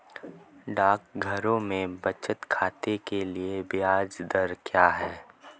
डाकघरों में बचत खाते के लिए ब्याज दर क्या है?